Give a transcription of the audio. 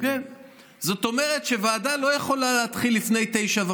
זאת אומרת שישיבת